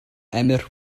emyr